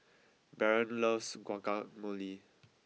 Baron loves Guacamole